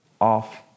off